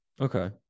okay